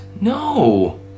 no